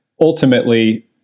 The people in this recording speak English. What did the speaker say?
Ultimately